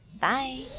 Bye